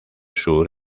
sur